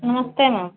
नमस्ते मैम